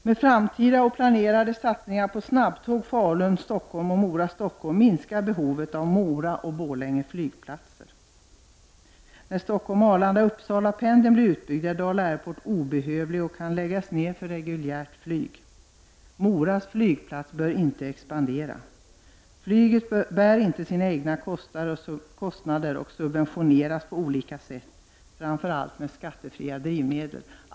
Med framtida planerade satsningar på snabbtåg Falun—Stockholm och Mora—Stockholm minskar behovet av Mora och Borlänge flygplatser. När Stockholm —Arlanda—Uppsala-pendeln blir utbyggd är Dala Airport obehövlig och kan läggas ned för reguljärt flyg. Moras flygplats bör inte expandera. Flyget bär inte sina egna kostnader och subventioneras på olika sätt, framför allt med skattefria drivmedel.